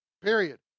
period